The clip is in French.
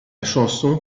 chanson